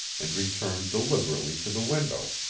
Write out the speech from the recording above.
and returned deliberately to the window.